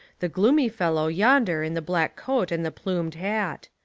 the gloomy fellow yonder in the black coat and the plumed hat.